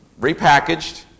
repackaged